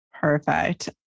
Perfect